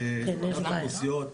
מבחינת האוכלוסיות,